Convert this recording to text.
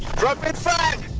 drop in five.